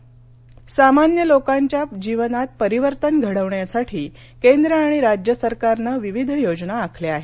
मख्यमंत्री सामान्य लोकांच्या जीवनात परिवर्तन घडवण्यासाठी केंद्र आणि राज्य सरकारनं विविध योजना आखल्या आहेत